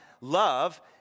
love